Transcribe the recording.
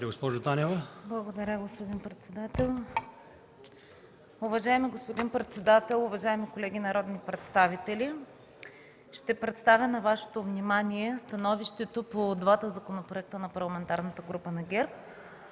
Благодаря, господин председател.